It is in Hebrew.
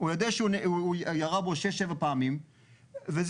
הוא יודע שהוא ירה בו שש-שבע פעמיים זהו,